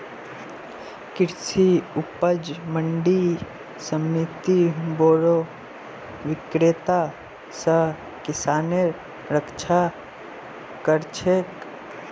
कृषि उपज मंडी समिति बोरो विक्रेता स किसानेर रक्षा कर छेक